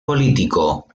político